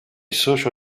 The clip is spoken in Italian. socio